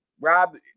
Rob